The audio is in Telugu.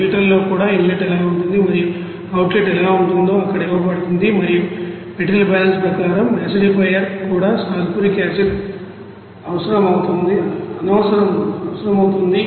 ఫిల్టర్లో కూడా ఇన్లెట్ ఎలా ఉంటుంది మరియు అవుట్లెట్ ఎలా ఉంటుందో అక్కడ ఇవ్వబడుతుంది మరియు మెటీరియల్ బ్యాలెన్స్ ప్రకారం యాసిడిఫైయర్ కూడా సల్ఫ్యూరిక్ యాసిడ్ అవసరమవుతుంది